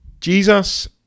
Jesus